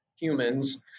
humans